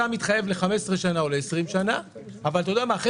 אתה מתחייב ל-15 שנה או ל-20 שנה אבל אחרי